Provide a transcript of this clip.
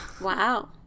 Wow